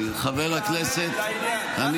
הוא